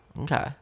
Okay